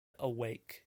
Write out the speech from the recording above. awake